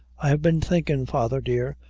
i have been thinkin', father dear,